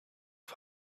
die